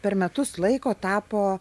per metus laiko tapo